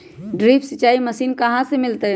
Drip सिंचाई machine कहाँ से मिलतै?